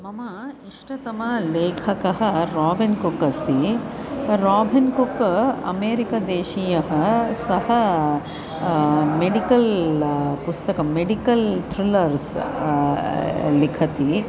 मम इष्टतमः लेखकः राबिन् कुक् अस्ति राबिन् कुक अमेरिकदेशीयः सः मेडिकल् पुस्तकं मेडिकल् थ्रिलर्स् लिखति